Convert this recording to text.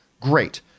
great